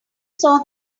saw